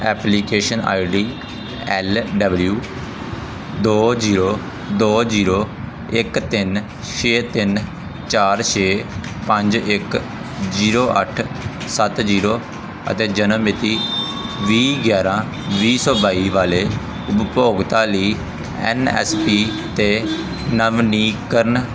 application I D L W ਦੋ zero ਦੋ zero ਇੱਕ ਤਿੰਨ ਛੇ ਤਿੰਨ ਚਾਰ ਛੇ ਪੰਜ ਇੱਕ ਜ਼ੀਰੋ ਅੱਠ ਸੱਤ ਜ਼ੀਰੋ ਅਤੇ ਜਨਮ ਮਿਤੀ ਵੀਹ ਗਿਆਰ੍ਹਾਂ ਵੀਹ ਸੌ ਬਾਈ ਵਾਲੇ ਉਪਭੋਗਤਾ ਲਈ ਐਨ ਐਸ ਪੀ 'ਤੇ ਨਵੀਨੀਕਰਨ